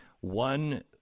one